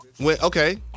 okay